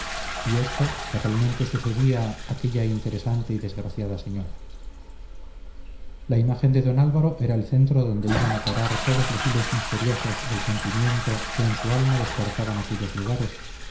y esto cabalmente sucedía aquella interesante y desgraciada señora la imagen de don álvaro era el centro adonde iban a parar todos los hilos misteriosos del sentimiento que en su alma despertaban aquellos lugares